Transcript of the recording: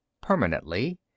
Permanently